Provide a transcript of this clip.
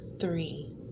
three